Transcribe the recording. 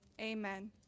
amen